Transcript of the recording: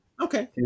Okay